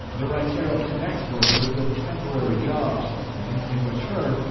the raitero connects workers with temporary jobs. and in return,